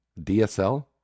DSL